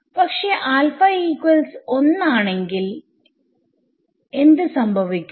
പക്ഷെ ആണെങ്കിൽ എന്ത് സംഭവിക്കും